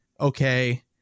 okay